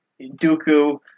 Dooku